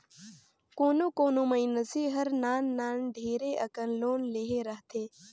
कोनो कोनो मइनसे हर नान नान ढेरे अकन लोन लेहे रहथे